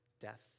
death